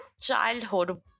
childhood